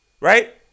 right